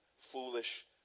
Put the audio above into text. foolish